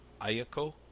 Ayako